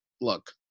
Look